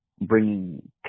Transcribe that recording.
bringing